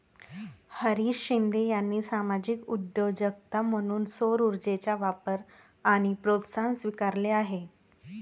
हरीश शिंदे यांनी सामाजिक उद्योजकता म्हणून सौरऊर्जेचा वापर आणि प्रोत्साहन स्वीकारले आहे